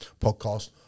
podcast